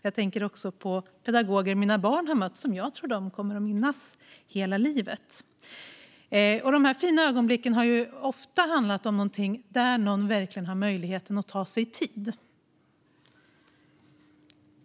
Jag tänker även på pedagoger som mina barn har mött och som jag tror att de kommer att minnas hela livet. Dessa fina ögonblick har ofta handlat om när någon verkligen haft möjlighet att ta sig tid.